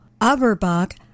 Averbach